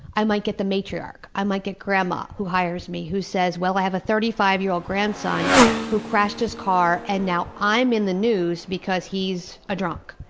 i might get the matriarch, i might get grandma who hires me and says, well, i have a thirty five year old grandson who crashed his car and now i'm in the news because he's a drunk.